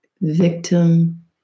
victim